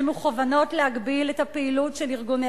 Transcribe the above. שמכוונות להגביל את הפעילות של ארגוני